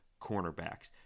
cornerbacks